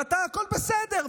והכול בסדר.